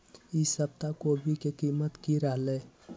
ई सप्ताह कोवी के कीमत की रहलै?